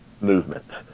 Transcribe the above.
movements